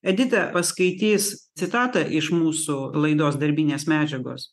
edita paskaitys citatą iš mūsų laidos darbinės medžiagos